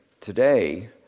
today